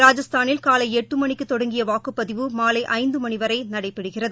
ராஜஸ்தானில் காலை எட்டு மணிக்குத் தொடங்கிய வாக்குப்பதிவு மாலை ஐந்து மணி வரை நடைபெறுகிறது